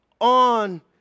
on